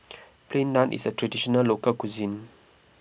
Plain Naan is a Traditional Local Cuisine